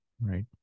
right